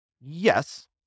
yes